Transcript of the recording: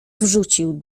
wrzucił